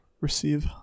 receive